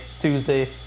Tuesday